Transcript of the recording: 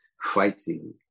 fighting